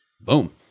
boom